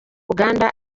uganda